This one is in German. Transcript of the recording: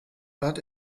blatt